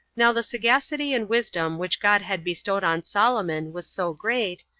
now the sagacity and wisdom which god had bestowed on solomon was so great,